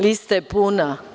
Lista je puna.